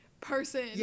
person